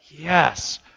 yes